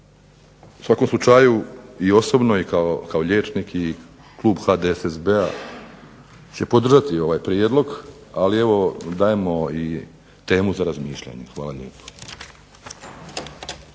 U svakom slučaju i osobno i kao liječnik i kao klub HDSSB-a će podržati ovaj prijedlog, ali evo dajemo i temu za razmišljanje. Hvala lijepa.